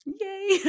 yay